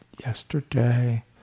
yesterday